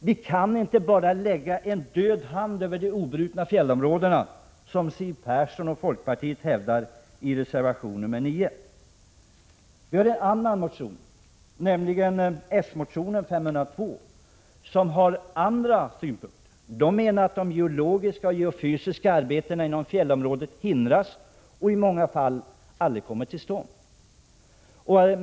Vi kan inte bara lägga en död hand över de obrutna fjällområdena som Siw Persson och folkpartiet hävdar i reservation nr 9. I en annan motion, nämligen s-motionen Bo502, för man fram andra synpunkter. Man menar att de geologiska och geofysiska arbetena inom fjällområdet hindras och i många fall aldrig kommer till stånd.